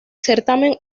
certamen